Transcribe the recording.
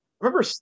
remember